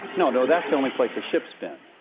no, no, that's the only place a ship's been.